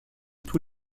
tous